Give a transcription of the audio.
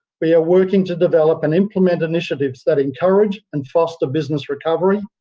we are working to develop and implement initiatives that encourage and foster business recovery,